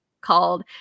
called